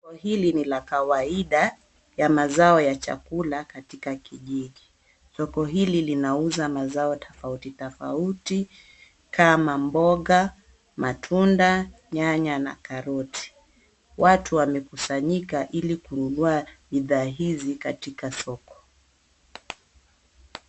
Hili ni la kawaida ya mazao ya chakula katika kijiji. Soko hii linauza mazao tofauti tofauti kama mboga, matunda, nyanya na karoti. Watu wamekusanyika ili kununua bidhaa hizi katika soko.